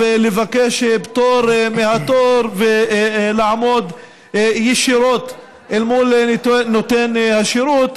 לבקש פטור מהתור ולעמוד ישירות אל מול נותן השירות.